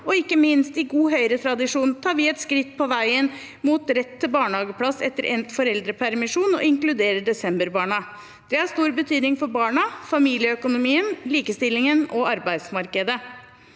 Og ikke minst: I god Høyre-tradisjon tar vi et skritt på veien mot rett til barnehageplass etter endt foreldrepermisjon og inkluderer desemberbarna. Det har stor betydning for barna, familieøkonomien, likestillingen og arbeidsmarkedet.